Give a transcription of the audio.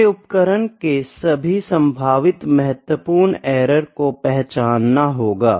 हमे उपकरण के सभी संभावित महतवपूर्ण एरर को पहचानना होगा